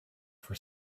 for